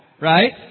right